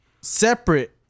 separate